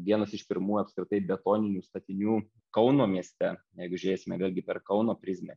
vienas iš pirmųjų apskritai betoninių statinių kauno mieste jeigu žiūrėsime vėlgi per kauno prizmę